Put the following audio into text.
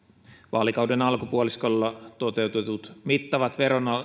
vaalikauden alkupuoliskolla toteutetut mittavat